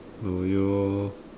do you